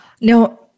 Now